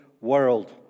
world